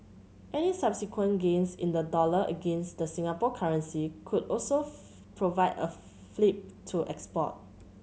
any subsequent gains in the dollar against the Singapore currency could also provide a fillip to exports